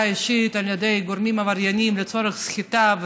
אישי על ידי גורמים עברייניים לצורך סחיטה,